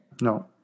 No